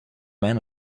man